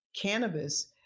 cannabis